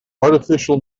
artificial